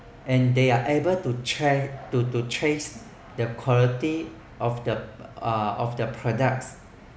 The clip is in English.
and they are able to cha~ to to change the quality of the uh of their products